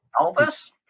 Elvis